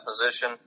position